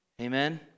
Amen